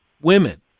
women